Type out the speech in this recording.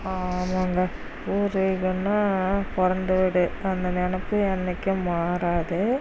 ஆமாங்க பூர்வீகம்னால் பிறந்த வீடு அந்த நினப்பு என்றைக்கும் மாறாது